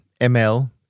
ML